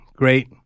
Great